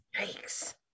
yikes